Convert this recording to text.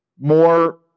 more